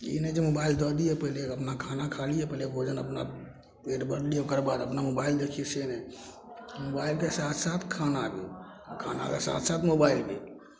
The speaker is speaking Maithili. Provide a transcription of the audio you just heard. ई नहि जे मोबाइल धऽ दिए पहिले अपना खाना खा लिए पहिले भोजन अपना पेट भरि लिए ओकर बाद अपना मोबाइल देखिए से नहि मोबाइलके साथ साथ खाना भी खानाके साथ साथ मोबाइल भी